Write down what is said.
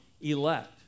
elect